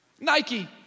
Nike